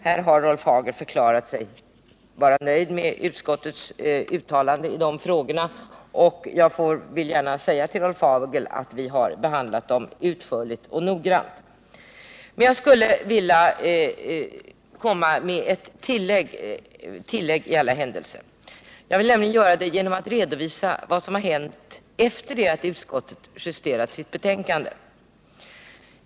Rolf Hagel har förklarat sig vara nöjd med utskottets uttalande i de frågorna, och jag vill gärna säga till honom att vi har behandlat dem utförligt och noggrant. Jag skulle i alla händelser vilja komma med ett tillägg, genom att redovisa vad som hänt efter det att utskottet justerade sitt betänkande.